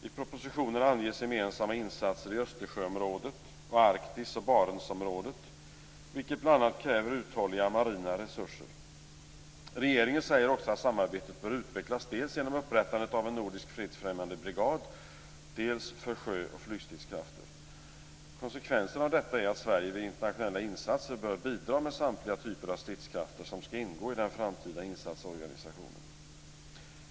I propositionen anges gemensamma insatser i Östersjöområdet och i Arktisoch Barentsområdet, vilket bl.a. kräver uthålliga marina resurser. Regeringen säger också att samarbetet bör utvecklas dels genom upprättandet av en nordisk fredsfrämjande brigad, dels avseende sjö och flygstridskrafter. Konsekvenserna av detta är att Sverige vid internationella insatser bör bidra med samtliga typer av stridskrafter som skall ingå i den framtida insatsorganisationen.